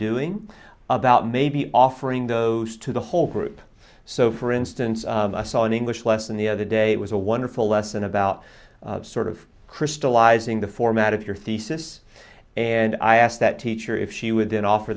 doing about maybe offering those to the whole group so for instance i saw an english lesson the other day it was a wonderful lesson about sort of crystallizing the format of your thesis and i asked that teacher if she would then offer